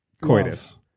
coitus